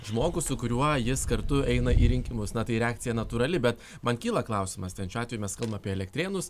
žmogų su kuriuo jis kartu eina į rinkimus na tai reakcija natūrali bet man kyla klausimas ten šiuo atveju mes kalbam apie elektrėnus